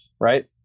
right